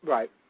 Right